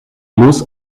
muss